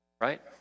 Right